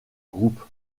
groupe